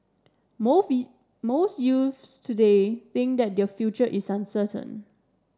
most youths today think that their future is uncertain